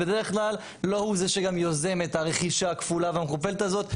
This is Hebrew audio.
בדרך כלל לא הוא זה שגם יוזם את הרכישה הכפולה המכופלת הזאת,